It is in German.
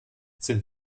sind